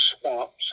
swamps